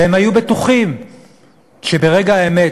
והם היו בטוחים שברגע האמת,